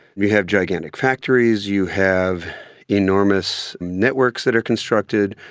you have gigantic factories, you have enormous networks that are constructed,